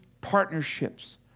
partnerships